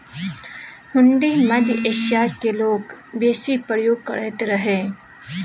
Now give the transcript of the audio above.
हुंडी मध्य एशियाक लोक बेसी प्रयोग करैत रहय